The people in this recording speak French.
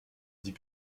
dit